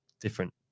different